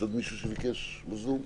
יש עוד מישהו שביקש בזום?